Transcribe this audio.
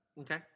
Okay